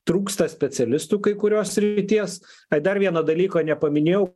trūksta specialistų kai kurios srities ai dar vieno dalyko nepaminėjau